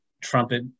trumpet